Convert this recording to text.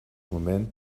moment